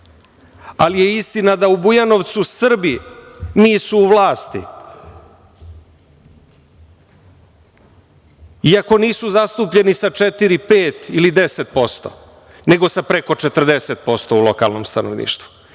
Ali je istina da u Bujanovcu Srbi nisu u vlasti, iako nisu zastupljeni sa 4%, 5% ili 10%, nego sa preko 40% u lokalnom stanovništvu.